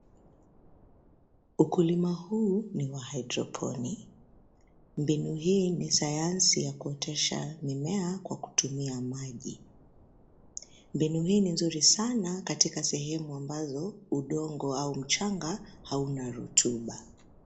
Ukulima huu ni wa hydroponic mbinu hii nisayansi ya kuotesha mimea kwa kutumia maji. Mbinu hii ni nzuri sana katika sehemu ambazo udongo au mchanga hauna rutuba.